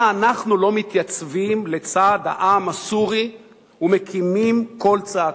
למה אנחנו לא מתייצבים לצד העם הסורי ומקימים קול צעקה?